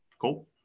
Cool